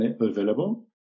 available